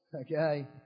Okay